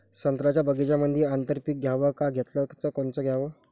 संत्र्याच्या बगीच्यामंदी आंतर पीक घ्याव का घेतलं च कोनचं घ्याव?